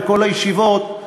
בכל הישיבות,